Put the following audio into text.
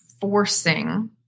forcing